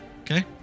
Okay